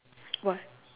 what